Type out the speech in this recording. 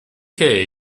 che